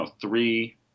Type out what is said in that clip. three